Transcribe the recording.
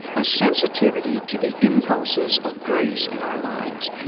a sensitivity to the impulses of grace in our lives.